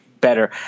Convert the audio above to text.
better